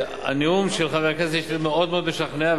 הנאום של חבר הכנסת שטרית מאוד מאוד משכנע,